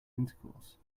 intercourse